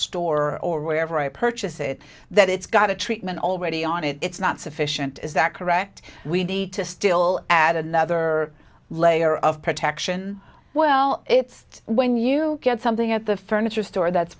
store or wherever i purchase it that it's got a treatment already on it it's not sufficient is that correct we need to still add another layer of protection well it's when you get something at the furniture store that's